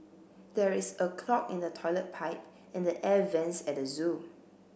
there is a clog in the toilet pipe and the air vents at the zoo